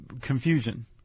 confusion